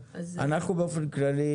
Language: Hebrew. אנחנו באופן כללי